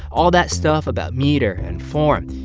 all that stuff about meter and form,